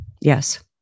Yes